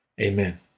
Amen